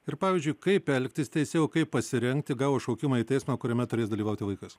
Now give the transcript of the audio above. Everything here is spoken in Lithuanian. ir pavyzdžiui kaip elgtis teisėjui kaip pasirengti gavus šaukimą į teismą kuriame turės dalyvauti vaikas